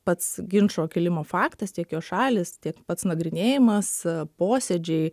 pats ginčo kėlimo faktas tiek jo šalys tiek pats nagrinėjimas posėdžiai